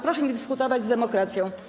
Proszę nie dyskutować z demokracją.